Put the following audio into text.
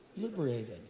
liberated